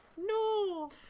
No